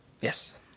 Yes